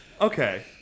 okay